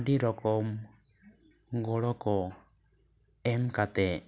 ᱟᱹᱰᱤ ᱨᱚᱠᱚᱢ ᱜᱚᱲᱚᱠᱚ ᱮᱢ ᱠᱟᱛᱮ